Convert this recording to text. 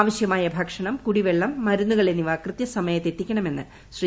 ആവശ്യമായ ഭക്ഷണം കുടിവെള്ളം മരുന്നുകൾ എന്നിവ കൃത്യസമയത്ത് എത്തിക്കണമെന്ന് ശ്രീ